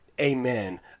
amen